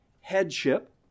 headship